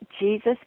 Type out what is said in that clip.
Jesus